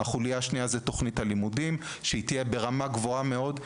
החוליה השנייה היא תכנית הלימודים שתהיה ברמה גבוהה מאוד.